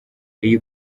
iyi